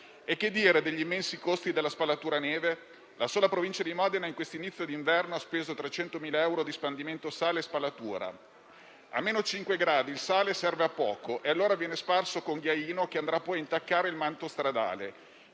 Che dire poi degli immensi costi della spalatura neve? La sola provincia di Modena in questo inizio di inverno ha speso 300.000 euro di spandimento sale e spalatura. A -5 gradi il sale serve a poco e allora viene sparso con ghiaino, che andrà poi a intaccare il manto stradale.